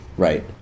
Right